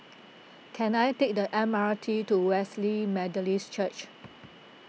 can I take the M R T to Wesley Methodist Church